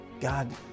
God